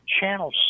Channel